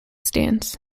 stands